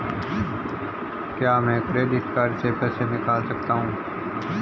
क्या मैं credit card से पैसे निकाल सकता हूँ?